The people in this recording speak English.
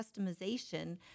customization